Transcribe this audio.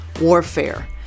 warfare